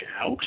out